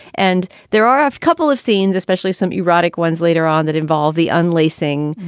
and there are a couple of scenes, especially some erotic ones later on, that involve the unlaced thing.